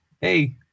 hey